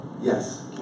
Yes